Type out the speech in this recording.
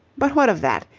but what of that?